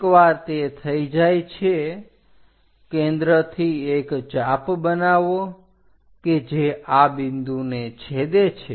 એકવાર તે થઈ જાય છે કેન્દ્રથી એક ચાપ બનાવો કે જે આ બિંદુને છેદે છે